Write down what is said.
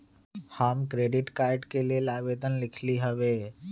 हम credit card के लेल आवेदन लिखली हबे